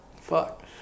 fuck